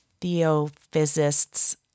theophysists